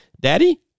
Daddy